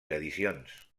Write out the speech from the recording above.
edicions